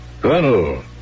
Colonel